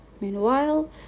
meanwhile